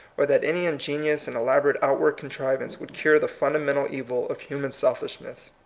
or that any ingenious and elaborate outward contri vance would cure the fundamental evil of human selfishness.